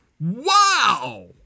wow